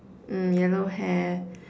mm yellow hair